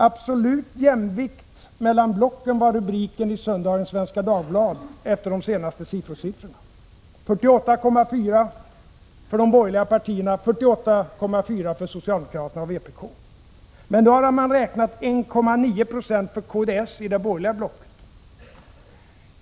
”Exakt jämvikt mellan blocken” löd en rubrik i söndagens nummer av Svenska Dagbladet efter de senaste SIFO-siffrorna: 48,4 Jo för de borgerliga partierna, 48,4 90 för socialdemokraterna och vpk. Men då har man räknat 1,9 Ze för kds i det borgerliga blocket.